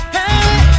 Hey